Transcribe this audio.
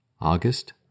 August